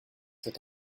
cet